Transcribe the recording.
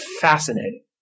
fascinating